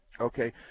Okay